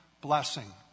blessing